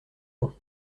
dents